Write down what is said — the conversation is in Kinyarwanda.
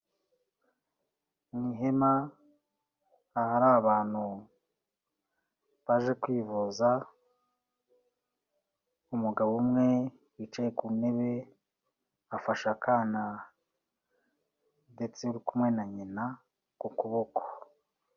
Mu ihema ahari abantu baje kwivuza, umugabo umwe wicaye ku ntebe afashe akana ndetse uri kumwe na nyina ku kuboko.